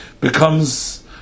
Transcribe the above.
becomes